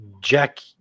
Jack